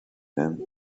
tent